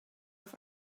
auf